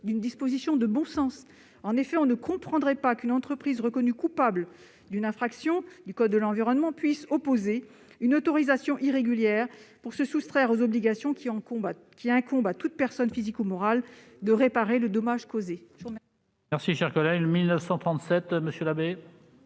d'une disposition de bon sens. En effet, on ne comprendrait pas qu'une entreprise reconnue coupable d'une infraction au code de l'environnement puisse opposer une autorisation irrégulière pour se soustraire aux obligations, qui incombent à toute personne physique ou morale, de réparer le dommage causé.